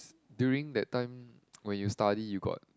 during that time when you study you got